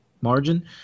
margin